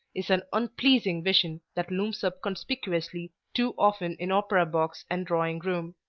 is an unpleasing vision that looms up conspicuously too often in opera-box and drawing-room.